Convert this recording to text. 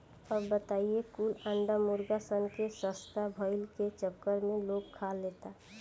अब बताव ई कुल अंडा मुर्गा सन के सस्ता भईला के चक्कर में लोग खा लेता